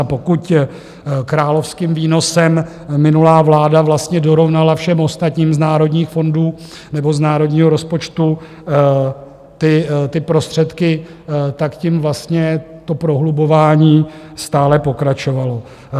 A pokud královským výnosem minulá vláda vlastně dorovnala všem ostatním z národních fondů nebo z národního rozpočtu ty prostředky, tak tím vlastně to prohlubování stále pokračovalo.